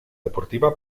deportiva